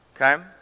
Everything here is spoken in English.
Okay